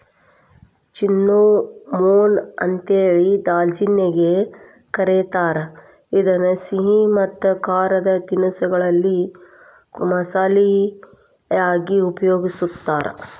cinnamon ಅಂತೇಳಿ ದಾಲ್ಚಿನ್ನಿಗೆ ಕರೇತಾರ, ಇದನ್ನ ಸಿಹಿ ಮತ್ತ ಖಾರದ ತಿನಿಸಗಳಲ್ಲಿ ಮಸಾಲಿ ಯಾಗಿ ಉಪಯೋಗಸ್ತಾರ